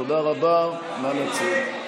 תודה רבה, נא לצאת.